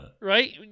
Right